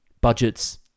budgets